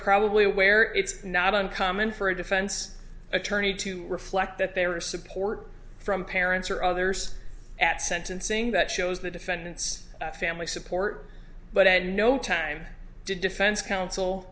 probably aware it's not uncommon for a defense attorney to reflect that there are support from parents or others at sentencing that shows the defendant's family support but at no time did defense counsel